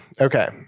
Okay